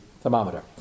thermometer